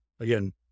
Again